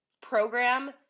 program